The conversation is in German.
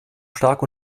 stark